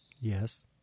Yes